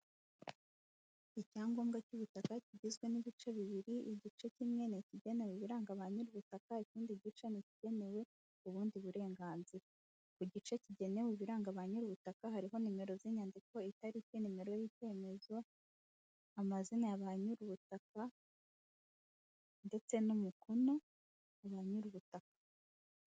Icyangombwa cy'ubutaka kigizwe n'ibice bibiri, igice kimwe ni kigenewe ibiranga ba nyiri ubutaka ikindi gice ni ikigenewe ubundi burenganzira, ku gice kigenewe ibiranga ba nyiri ubutaka hariho nimero z'inyandiko, italiki, nimero y'i icyemezo, amazina ya ba nyiri ubutaka ndetse n'umukono wa banyirubutaka.